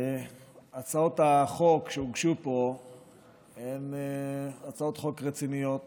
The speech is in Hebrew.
הצעות החוק שהוגשו פה הן הצעות חוק רציניות